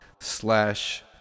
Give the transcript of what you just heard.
slash